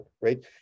right